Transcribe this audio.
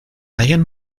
hayan